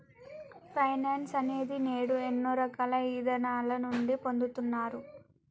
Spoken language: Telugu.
ఫైనాన్స్ అనేది నేడు ఎన్నో రకాల ఇదానాల నుండి పొందుతున్నారు